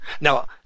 Now